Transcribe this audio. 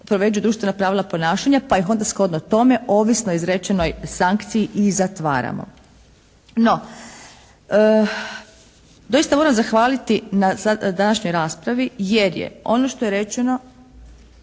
povređuju društvena pravila ponašanja pa ih onda shodno tome ovisno o izrečenoj sankciji i zatvaramo. No, doista moram zahvaliti na današnjoj raspravi jer je ono što je rečeno